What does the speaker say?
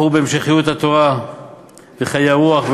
שבחרו בהמשכיות התורה וחיי הרוח,